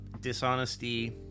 dishonesty